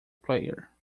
player